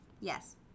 Yes